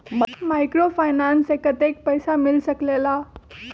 Microfinance से कतेक पैसा मिल सकले ला?